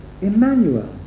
Emmanuel